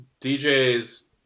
DJ's